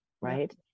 right